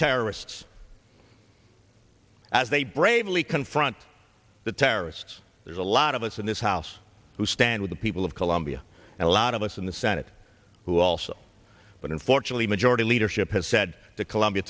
terrorists as they bravely confront the terrorists there's a lot of us in this house who stand with the people of colombia and a lot of us in the senate who also but unfortunately majority leadership has said that colombia